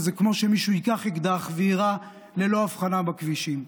וזה כמו שמישהו ייקח אקדח ויירה ללא הבחנה בכבישים.